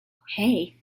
hey